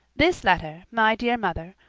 this letter, my dear mother,